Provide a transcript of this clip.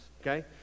okay